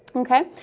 okay?